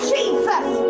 Jesus